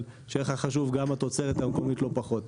אבל שיהיה לך חשוב גם התוצרת המקומית לא פחות.